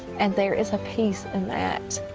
and there is a peace in that.